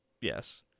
Yes